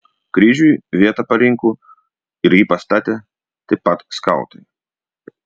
kryžiui vietą parinko ir jį pastatė taip pat skautai